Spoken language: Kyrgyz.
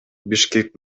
бишкек